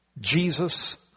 Jesus